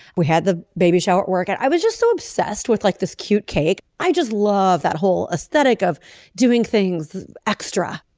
we had the baby shower at work and i was just so obsessed with like this cute cake. i just love that whole aesthetic of doing things extra.